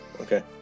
Okay